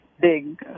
big